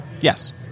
Yes